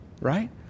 right